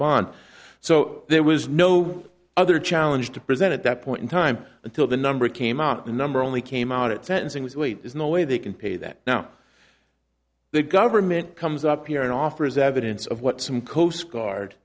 bond so there was no other challenge to present at that point in time until the number came up the number only came out at sentencing was wait there's no way they can pay that now the government comes up here and offers evidence of what some coastguard